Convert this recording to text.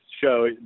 show